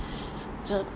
the